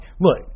Look